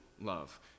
love